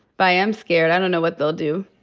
but i am scared. i don't know what they'll do.